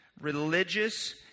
religious